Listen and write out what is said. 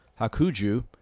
Hakuju